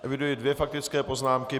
Eviduji dvě faktické poznámky.